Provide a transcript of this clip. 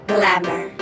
Glamour